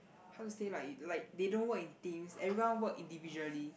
how to say like like they don't work in teams everyone work individually